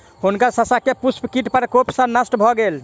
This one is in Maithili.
हुनकर शस्यक पुष्प कीट प्रकोप सॅ नष्ट भ गेल